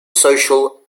social